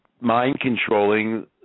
mind-controlling